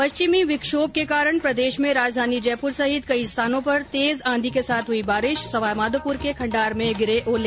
पश्चिमी विक्षोम के कारण प्रदेश में राजधानी जयपुर सहित कई स्थानों पर तेज आंधी के साथ हुई बारिश सवाईमाधोपुर के खण्डार में गिरे ओले